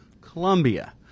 Colombia